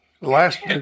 Last